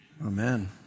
Amen